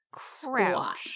squat